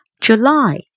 July